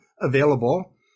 available